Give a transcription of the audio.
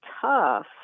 tough